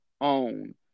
own